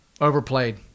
overplayed